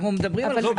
לא,